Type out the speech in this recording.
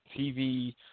TV